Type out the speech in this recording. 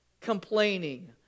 complaining